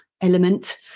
element